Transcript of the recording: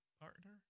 partner